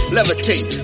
Levitate